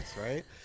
right